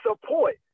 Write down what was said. support